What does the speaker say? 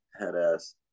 headass